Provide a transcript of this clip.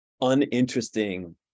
uninteresting